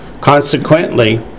Consequently